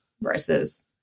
versus